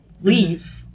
leave